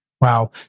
Wow